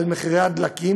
על מחירי הדלק,